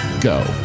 go